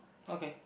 okay